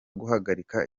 guhagarika